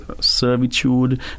servitude